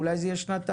אולי זה יהיה שנתיים.